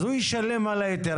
אז הוא ישלם על ההיתר.